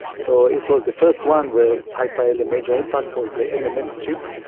so it was the first one where haifa had the major impact was the mmx chip.